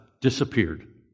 disappeared